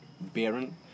Baron